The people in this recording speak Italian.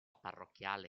parrocchiale